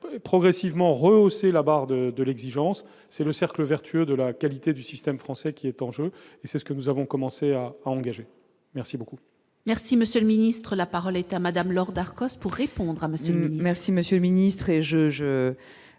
progressivement rehaussé la barre de de l'exigence, c'est le cercle vertueux de la qualité du système français qui est en jeu et c'est ce que nous avons commencé à engager merci beaucoup. Merci monsieur le ministre, la parole est à madame Lord Arcos pour répondre à monsieur le maire.